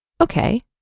Okay